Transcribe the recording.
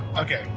okay,